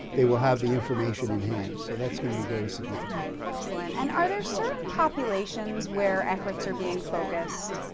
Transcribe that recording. they will have the information in hand. so, that's going to be very significant. excellent. and are there certain populations where efforts are being focused?